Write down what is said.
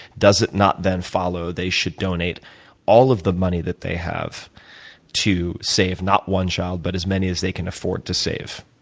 does it not then follow they should donate all of the money that they have to save not one child, but as many as they can afford to save?